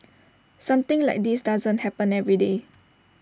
something like this doesn't happen every day